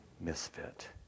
misfit